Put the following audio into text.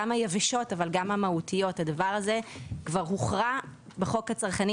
גם היבשות וגם המהותיות הדבר הזה כבר הוכרע בחוק הצרכני,